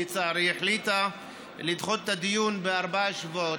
לצערי, החליטה לדחות את הדיון בארבעה שבועות.